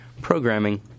programming